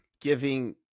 giving